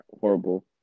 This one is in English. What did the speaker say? horrible